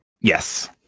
Yes